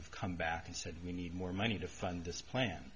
come back and said we need more money to fund this plan